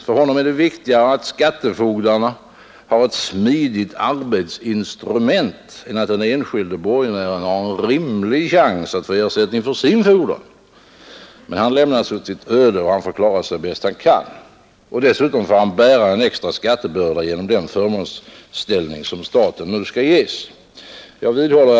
För honom är det viktigare att skattefogdarna har ett smidigt arbetsinstrument än att den enskilde borgenären har en rimlig chans att få ersättning för sin fordran. Han lämnas åt sitt öde och får klara sig bäst han kan. Dessutom får han bära en extra skattebörda genom den förmånsställning som staten nu skall ges. Herr talman!